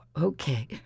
okay